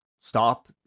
stop